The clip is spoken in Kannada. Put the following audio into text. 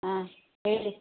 ಹಾಂ ಹೇಳಿ